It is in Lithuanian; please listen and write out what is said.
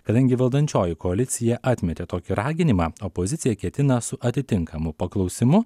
kadangi valdančioji koalicija atmetė tokį raginimą opozicija ketina su atitinkamu paklausimu